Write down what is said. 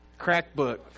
Crackbook